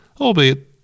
albeit